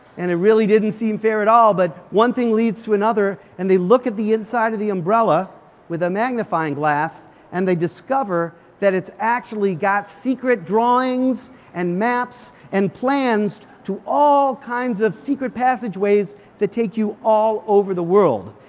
and it really didn't seem fair at all but one thing leads to another and they look at the inside of the umbrella with a magnifying glass and they discover that it's actually got secret drawings and maps and plans to all kinds of secret passageways that take you all over the world.